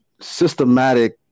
systematic